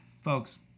folks